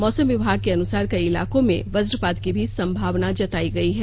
मौसम विभाग के अनुसार कई इलाकों में बज्जपात की भी सम्भावना जतायी गई है